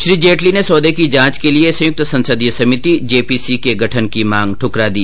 श्री जेटली ने सौदे की जांच के लिए संयुक्त संसदीय समिति जेपीसी के गठन की मांग ठकरा दी